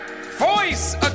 voice